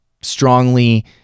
strongly